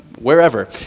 wherever